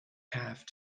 have